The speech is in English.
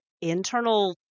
internal